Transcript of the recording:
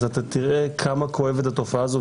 אתה תראה כמה כואבת התופעה הזאת,